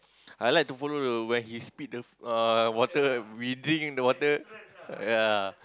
I like to follow when he spit the uh water we drink the water ya